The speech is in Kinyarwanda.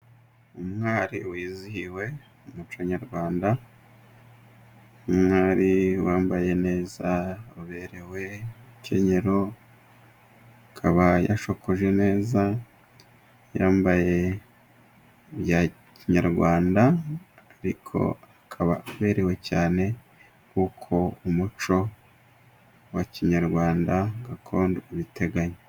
Umwari wizihiwe mu muco nyarwanda umwari wambaye neza uberewe umukenyero akaba yashokoje neza yambaye bya kinyarwanda, ariko akaba aberewe cyane kuko umuco wa kinyarwanda gakondo ubiteganya.